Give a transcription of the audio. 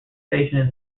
station